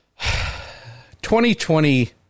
2020